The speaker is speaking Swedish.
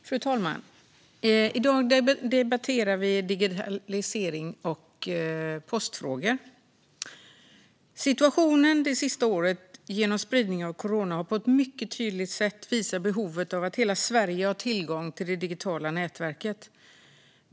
Fru talman! I dag debatterar vi digitaliserings och postfrågor. Situationen det senaste året, med spridningen av corona, har på ett mycket tydligt sätt visat behovet av att hela Sverige har tillgång till det digitala nätverket.